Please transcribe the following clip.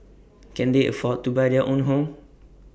can they afford to buy their own home